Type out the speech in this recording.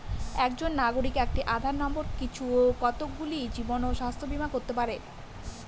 একজন নাগরিক একটি আধার নম্বর পিছু কতগুলি জীবন ও স্বাস্থ্য বীমা করতে পারে?